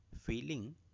feeling